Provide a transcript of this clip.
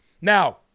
Now